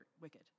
wicked